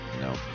No